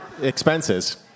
expenses